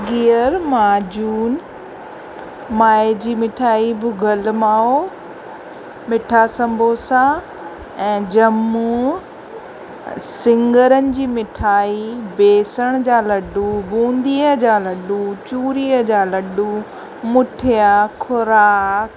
गिहर माजून माए जी मिठाई भुॻल माओ मिठा संबोसा ऐं जंमू सिंगरनि जी मिठाई बेसण जा लड्डू बूंदीअ जा लड्डू चूरीअ जा लड्डू मुठिया ख़ोराक